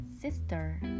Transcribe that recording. sister